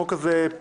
החוק הזה,